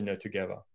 together